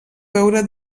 veure